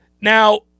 Now